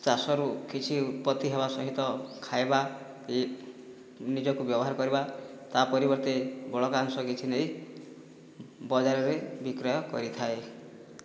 ଚାଷରୁ କିଛି ଉତ୍ପତ୍ତି ହେବା ସହିତ ଖାଇବା କି ନିଜକୁ ବ୍ୟବହାର କରିବା ତା' ପରିବର୍ତ୍ତେ ବଳକା ଅଂଶ କିଛି ନେଇ ବଜାରରେ ବିକ୍ରୟ କରିଥାଏ